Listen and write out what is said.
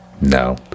no